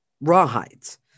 rawhides